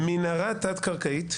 מנהרה תת קרקעית,